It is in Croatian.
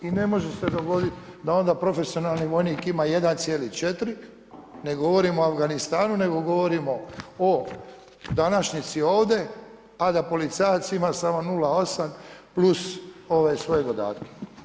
I ne može se dogoditi da onda profesionalni vojnik ima 1,4, ne govorim o Afganistanu nego govorimo o današnjici ovdje, a da policajac ima samo 0,8 + ove svoje dodatke.